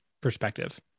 perspective